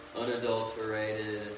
unadulterated